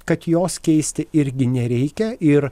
kad jos keisti irgi nereikia ir